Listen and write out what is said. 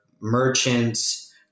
merchants